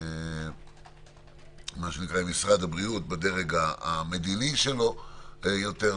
משרד הבריאות בדרג המדיני שלו יותר,